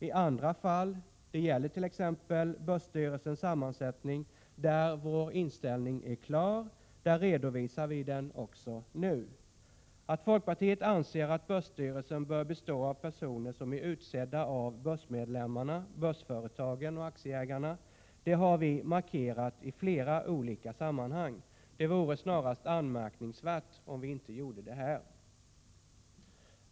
I andra fall — det gäller t.ex. börsstyrelsens sammansättning, där vår inställning är klar — gör vi det inte. Att folkpartiet anser att börsstyrelsen bör bestå av personer som är utsedda av börsmedlemmarna, börsföretagen och aktieägarna har vi markerat i flera olika sammanhang. Det vore snarast anmärkningsvärt om vi inte gjorde det här.